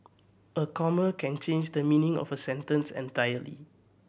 a comma can change the meaning of a sentence entirely